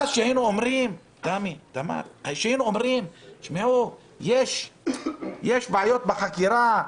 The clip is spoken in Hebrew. כשהיינו אומרים שיש בעיות בחקירה,